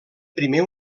primer